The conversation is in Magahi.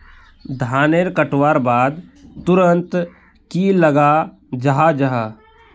धानेर कटवार बाद तुरंत की लगा जाहा जाहा?